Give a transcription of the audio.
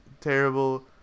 terrible